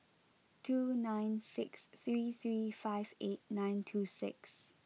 two nine six three three five eight nine two six